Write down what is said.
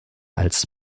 als